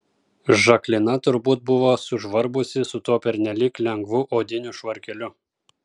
žaklina turbūt buvo sužvarbusi su tuo pernelyg lengvu odiniu švarkeliu